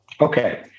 Okay